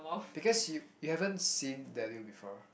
because you you haven't seen Daniel before